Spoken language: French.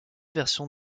versions